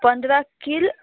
पंदरा किल्ल